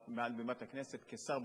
מעל בימת הכנסת כשר בממשלה,